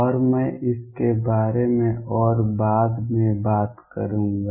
और मैं इसके बारे में और बाद में बात करूंगा